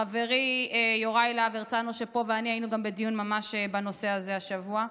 חברי יוראי להב הרצנו שפה ואני היינו בדיון ממש בנושא הזה השבוע,